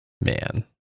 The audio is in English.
man